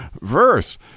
verse